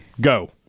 Go